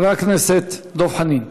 חבר הכנסת דב חנין.